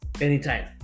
anytime